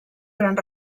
gran